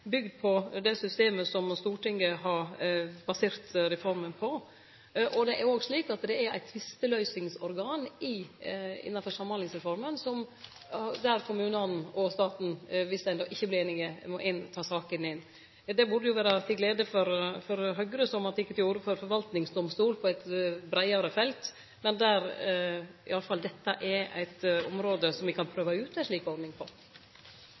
bygd på det systemet som Stortinget har basert reforma på. Det er òg slik at det er eit tvisteløysingsorgan innanfor Samhandlingsreforma der kommunane og staten, viss ein då ikkje vert einig, må ta saka inn. Det burde vere til glede for Høgre, som har teke til orde for forvaltingsdomstol på eit breiare felt, at iallfall dette er eit område som me kan prøve ut ei slik ordning på.